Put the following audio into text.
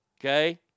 okay